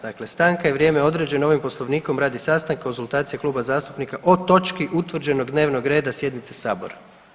Dakle, stanka je vrijeme određeno ovim Poslovnikom radi sastanka i konzultacija kluba zastupnika o točki utvrđenog dnevnog reda sjednice sabora.